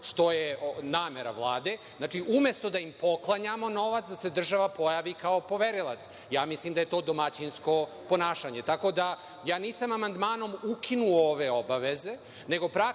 što je namera Vlade, znači, umesto da im poklanjamo novac da se država pojavi kao poverilac. Ja mislim da je to domaćinsko ponašanje. Tako da ja nisam amandmanom ukinuo ove obaveze,